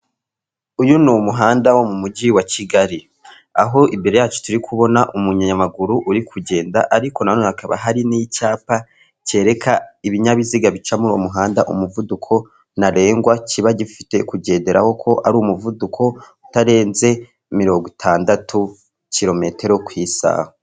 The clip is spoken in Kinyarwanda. Uyu ni umuhanda wo mu mujyi wa Kigali aho imbere yacu turi kubona umunyamaguru uri kugenda, ariko nanone hakaba hari n'icyapa cyereka ibinyabiziga bica muri uwo muhanda umuvuduko ntarengwa kiba gifite kugenderaho ko ari umuvuduko utarenze mirongo itandatu kirometero ku isaha.